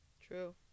true